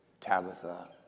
Tabitha